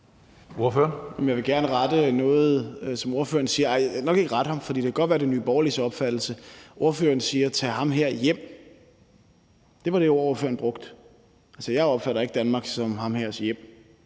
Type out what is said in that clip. (V): Jeg vil gerne rette noget af det, som spørgeren siger. Nej, jeg vil nok ikke rette ham, for det kan godt være, at det er Nye Borgerliges opfattelse. Ordføreren taler om at tage ham her hjem. Det var det ord, ordføreren brugte. Altså, jeg opfatter ikke Danmark som ham hers hjem,